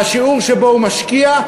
והשיעור שבו הוא משקיע,